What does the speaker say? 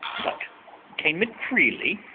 but came it freely?